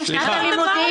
זה לא נכון.